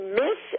miss